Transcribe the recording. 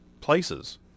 places